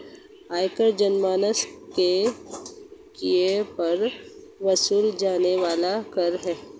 आयकर जनमानस के आय पर वसूले जाने वाला कर है